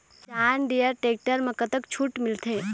John Deere tractor म कतक छूट मिलथे?